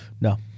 No